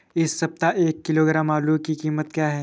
इस सप्ताह एक किलो आलू की कीमत क्या है?